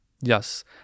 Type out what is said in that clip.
Yes